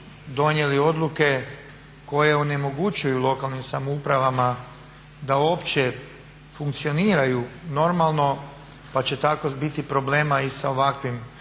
donijeli odluke koje onemogućuju lokalnim samoupravama da uopće funkcioniraju normalno pa će tako biti problema i sa ovakvim